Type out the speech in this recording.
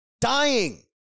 dying